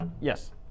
Yes